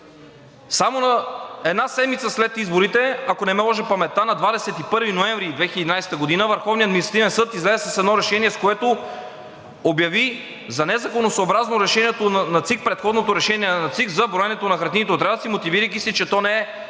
Само една седмица след изборите, ако не ме лъже паметта, на 21 ноември 2021 г., Върховният административен съд излезе с едно решение, с което обяви за незаконосъобразно предходното решение на ЦИК за броенето на хартиените отрязъци, мотивирайки се, че то не е